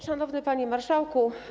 Szanowny Panie Marszałku!